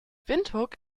windhoek